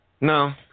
No